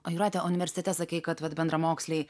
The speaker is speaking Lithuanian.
o jūrate universitete sakei kad vat bendramoksliai